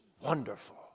Wonderful